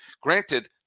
Granted